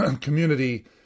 community